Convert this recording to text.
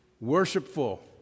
worshipful